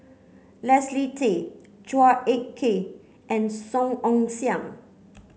Leslie Tay Chua Ek Kay and Song Ong Siang